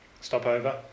stopover